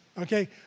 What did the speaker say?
okay